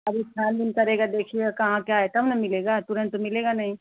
अभी छानबीन करेगा देखेगा कहाँ क्या है तब ना मिलेगा तुरंत तो मिलेगा नहीं